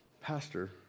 pastor